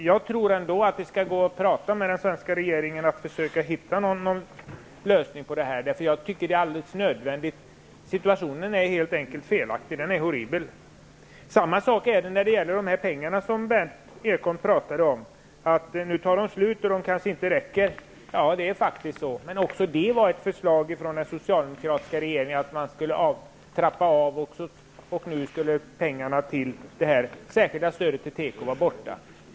Jag tror ändå att det skall gå att prata med den svenska regeringen och försöka hitta en lösning på detta. Det är alldeles nödvändigt. Situationen är helt enkelt felaktig. Den är horribel. På samma sätt är det när det gäller de pengar Berndt Ekholm nu talade om. Han sade att de kanske inte räcker, att de tar slut. Det är faktiskt så. Men också det var ett förslag från den socialdemokratiska regeringen, att man skulle trappa ner stödet och pengarna till det särskilda stödet till teko skulle tas bort.